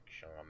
Sean